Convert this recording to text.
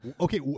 okay